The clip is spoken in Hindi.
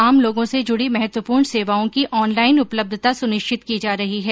आम लोगों से जुड़ी महत्वपूर्ण सेवाओं की ऑनलाईन उपलब्धता सुनिश्चित की जा रही है